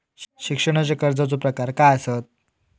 शिक्षणाच्या कर्जाचो प्रकार काय आसत?